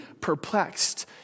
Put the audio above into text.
perplexed